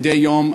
מדי יום,